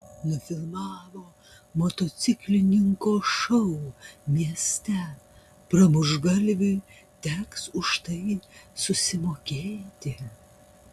nufilmavo motociklininko šou mieste pramuštgalviui teks už tai susimokėti